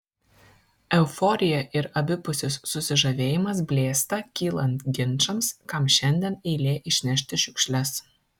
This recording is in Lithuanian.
euforija ir abipusis susižavėjimas blėsta kylant ginčams kam šiandien eilė išnešti šiukšles